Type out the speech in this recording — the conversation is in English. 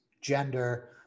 gender